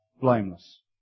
blameless